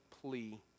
plea